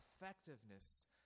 effectiveness